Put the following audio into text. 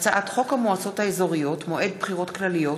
הצעת חוק המועצות האזוריות (מועד בחירות כלליות)